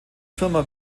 firma